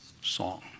song